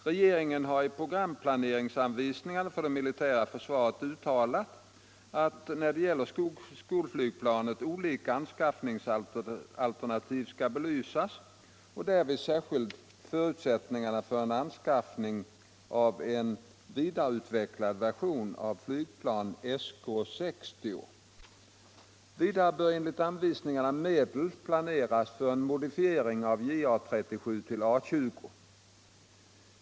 Regeringen har i programplaneanvisningarna för det militära försvaret uttalat att, när det gäller skolflygplan, olika anskaffningsalternativ skall belysas och därvid särskilt förutsättningarna för en anskaffning av en vidareutvecklad version av flygplan Sk 60. Vidare bör enligt anvisningarna medel planeras för en modifiering av JA 37 till A 20.